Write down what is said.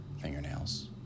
fingernails